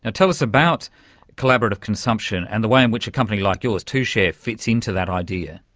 and tell us about collaborative consumption and the way in which a company like yours, tushare, fits into that idea.